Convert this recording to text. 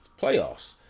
playoffs